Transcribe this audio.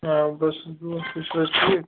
آ بَس دُعا تُہۍ چھِو حظ ٹھیٖک